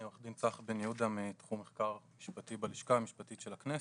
אני עו"ד צח בן יהודה מתחום מחקר משפטי בלשכה המשפטית של הכנסת.